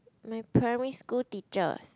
my primary school teacher